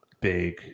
big